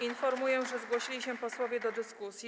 Informuję, że zgłosili się posłowie do dyskusji.